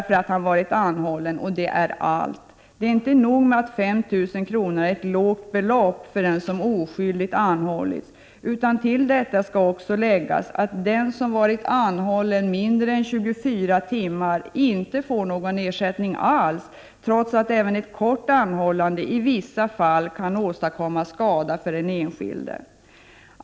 för att han varit anhållen — det var allt. Det är inte nog med att 5 000 kr. är ett lågt belopp för en som oskyldigt anhållits, utan till detta skall också läggas att den som varit anhållen mindre än 24 timmar inte får någon ersättning alls, trots att även ett kort anhållande i vissa fall kan åstadkomma skada för den enskilde.